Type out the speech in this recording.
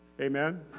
Amen